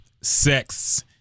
sex